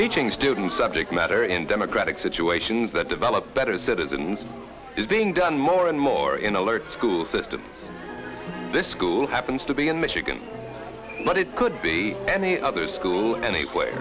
teaching students subject matter in democratic situations that develop better citizens is being done more and more in alert school system this school happens to be in michigan but it could be any other school anyw